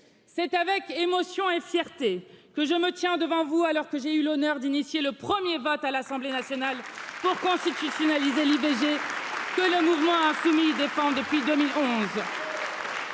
C'est avec émotion et fierté que je me tiens devant vous alors que j'ai eu l'honneur d'initier le premier vote à l'assemblée nationale pour constitutionnaliser l'ivg que le mouvement famille dépend depuis deux